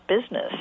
business